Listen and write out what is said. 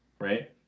right